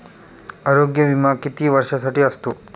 आरोग्य विमा किती वर्षांसाठी असतो?